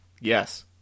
Yes